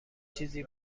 چیزی